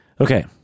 Okay